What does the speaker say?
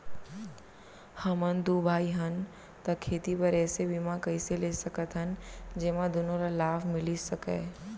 हमन दू भाई हन ता खेती बर ऐसे बीमा कइसे ले सकत हन जेमा दूनो ला लाभ मिलिस सकए?